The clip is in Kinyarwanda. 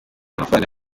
amafaranga